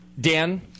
Dan